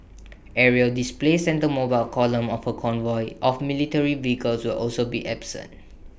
aerial displays and the mobile column of A convoy of military vehicles will also be absent